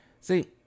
see